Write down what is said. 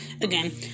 again